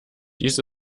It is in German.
dies